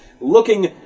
looking